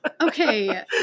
Okay